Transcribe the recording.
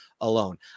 alone